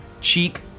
cheek